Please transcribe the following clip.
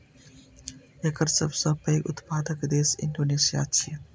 एकर सबसं पैघ उत्पादक देश इंडोनेशिया छियै